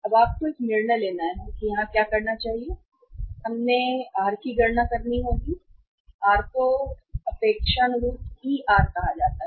अब आपको एक निर्णय लेना है कि यहां क्या करना चाहिए और हमें r की गणना करनी होगी r को अपेक्षानुरूप Er कहा जाता है